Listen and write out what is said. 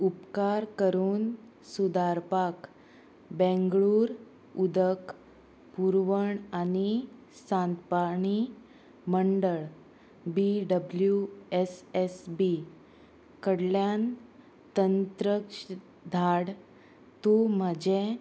उपकार करून सुदारपाक बँगळूर उदक पुरवण आनी साणपाणी मंडळ B W S S B कडल्यान तंत्रक्ष धाड तूं म्हजें